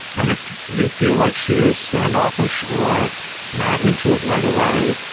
and if you feel like she is standoffish or not into it right away,